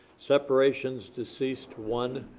separations deceased, one.